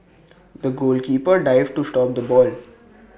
the goalkeeper dived to stop the ball